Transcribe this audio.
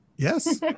Yes